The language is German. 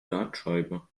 dartscheibe